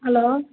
hello